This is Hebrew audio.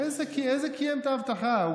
איזה קיים את ההבטחה?